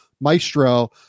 maestro